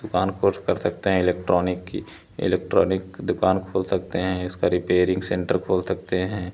दुकान कोर्स कर सकते हैं इलेक्ट्रॉनिक की इलेक्ट्रॉनिक दुकान खोल सकते हैं इसका रिपेयरिंग सेंटर खोल सकते हैं